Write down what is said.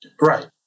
Right